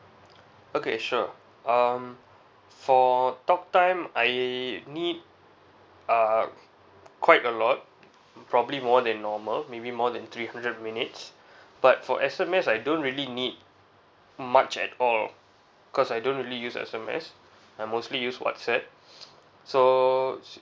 okay sure um for talk time I need uh quite a lot probably more than normal maybe more than three hundred minutes but for S_M_S I don't really need much at all cause I don't really use S_M_S I mostly use whatsapp so